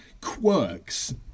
quirks